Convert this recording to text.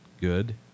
good